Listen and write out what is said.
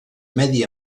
medi